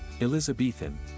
Elizabethan